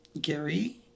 Gary